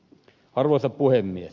arvoisa puhemies